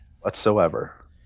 whatsoever